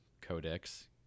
Codex